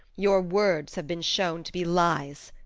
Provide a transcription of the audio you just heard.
your words have been shown to be lies.